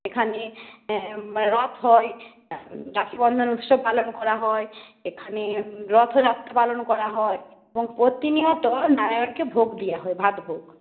এখানে রথ হয় রাখিবন্ধন উৎসব পালন করা হয় এখানে রথযাত্রা পালন করা হয় এবং প্রতিনিয়ত নারায়ণকে ভোগ দেওয়া হয় ভাত ভোগ